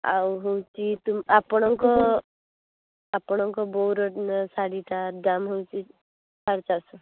ଆଉ ହେଉଛି ତୁ ଆପଣଙ୍କ ଆପଣଙ୍କ ବୋଉର ଶାଢ଼ୀଟା ଦାମ୍ ହେଉଛି ସାଢ଼େ ଚାରିଶହ